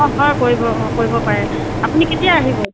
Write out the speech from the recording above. অঁ হয় কৰিব অঁ কৰিব পাৰে আপুনি কেতিয়া আহিব